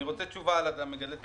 אני רוצה תשובה על מגדלי התבלינים.